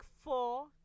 four